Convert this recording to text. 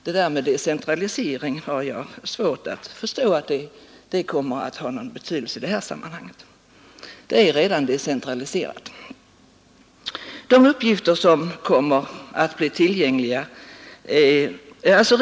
Att decentralisering skulle ha någon betydelse i det här sammanhanget har jag svårt att förstå, den finns ju redan.